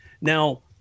Now